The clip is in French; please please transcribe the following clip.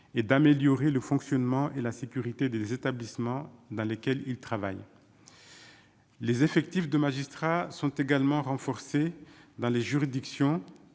et d'améliorer le fonctionnement et la sécurité des établissements dans lesquels ils travaillent, les effectifs de magistrats sont également renforcés dans les juridictions,